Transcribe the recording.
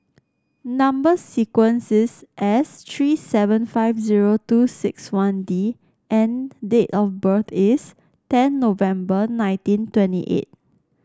number sequence is S three seven five zero two six one D and date of birth is ten November nineteen twenty eight